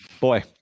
Boy